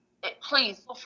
please